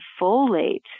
folate